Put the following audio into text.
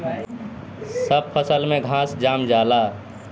सब फसल में घास जाम जाला